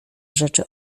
rzeczy